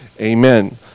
amen